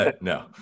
No